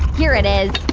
here it is.